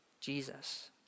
Jesus